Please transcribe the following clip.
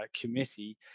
committee